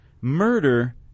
murder